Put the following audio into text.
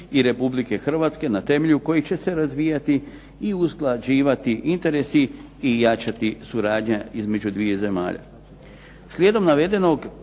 i Republike Hrvatske na temelju kojih će se razvijati i usklađivati interesi i jačati suradnja između dviju zemalja.